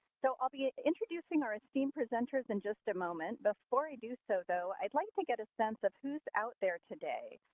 so, i'll be ah introducing our esteemed presenters in just a moment. before i do so, though, i'd like to get a sense of who's out there today.